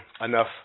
enough –